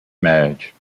marriage